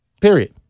period